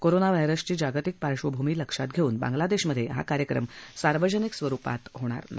corona विषाणूची जागतिक पार्श्वभूमी लक्षात घेऊन बांगलादेशमधे हा कार्यक्रम सार्वजनिक स्वरूपात होणार नाही